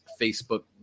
Facebook